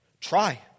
Try